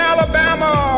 Alabama